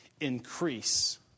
increase